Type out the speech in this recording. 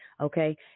Okay